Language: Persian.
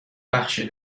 بخشی